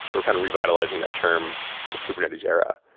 so we're kind of revitalizing that term for the kubernetes era.